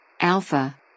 Alpha